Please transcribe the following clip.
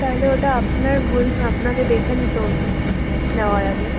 তাহলে ওটা আপনার ভুল আপনাকে দেখে নিতে হতো নেওয়ার আগে